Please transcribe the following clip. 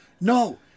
No